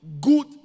good